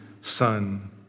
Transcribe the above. son